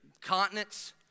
continents